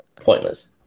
Pointless